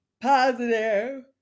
positive